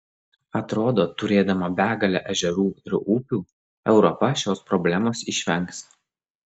atrodo turėdama begalę ežerų ir upių europa šios problemos išvengs